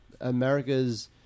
America's